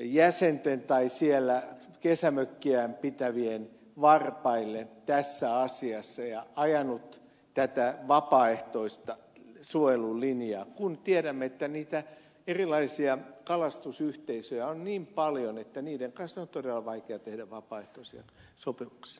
jäsenten tai siellä kesämökkiään pitävien varpaille tässä asiassa ja ajanut tätä vapaaehtoista suojelulinjaa kun tiedämme että niitä erilaisia kalastusyhteisöjä on niin paljon että niiden kanssa on todella vaikea tehdä vapaaehtoisia sopimuksia